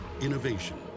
Innovation